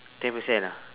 ten percent ah